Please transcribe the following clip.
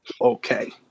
Okay